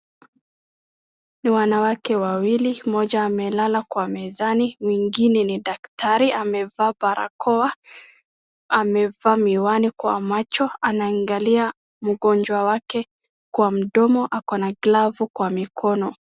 Ni wanawake wawili mmoja amelala kwa mezani, mwingine ni daktari amevaa barakoa amevaa miwani kwa macho anaangalia mgonjwa wake kwa mdomo akona glavu kwa mikono.